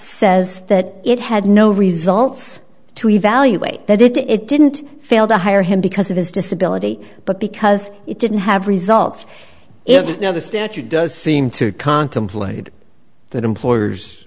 says that it had no results to evaluate that it it didn't fail to hire him because of his disability but because it didn't have results if another statute does seem to contemplated that employers